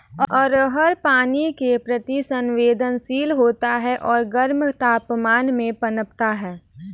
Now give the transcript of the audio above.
अरहर पानी के प्रति संवेदनशील होता है और गर्म तापमान में पनपता है